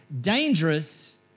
dangerous